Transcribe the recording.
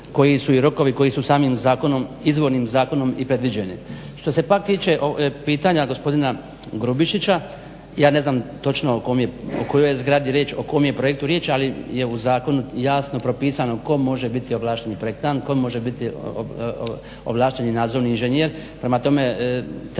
uvjeti i rokovi koji su i samim zakonom izvornim zakonom i predviđeni. Što se pak tiče pitanja gospodina Grubišića, ja ne znam o kojoj je zgradi i projektu riječ ali je u zakonu jasno propisano tko može biti ovlašteni projektant tko može biti ovlašteni nadzorni inženjer. Prema tome trebao